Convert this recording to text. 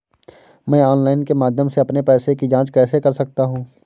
मैं ऑनलाइन के माध्यम से अपने पैसे की जाँच कैसे कर सकता हूँ?